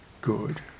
good